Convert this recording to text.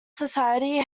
society